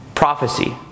Prophecy